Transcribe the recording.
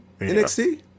NXT